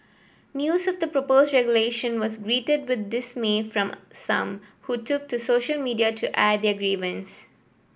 news of the proposed regulation was greeted with dismay from some who took to social media to air their grievances